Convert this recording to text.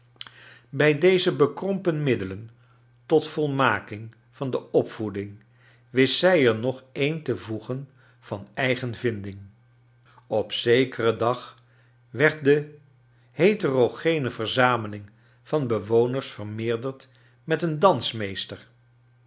eij deze bekrompen middelen tot volmaking van de opvoeding wist zij er nog een te voegen van eigen vinding op zekeren dag werd do leterogene verzameling van bewoners vermeerderd met een